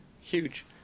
huge